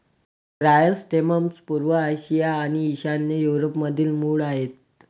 chrysanthemums पूर्व आशिया आणि ईशान्य युरोपमधील मूळ आहेत